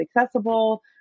accessible